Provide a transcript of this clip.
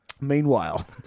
Meanwhile